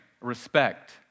respect